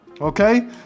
Okay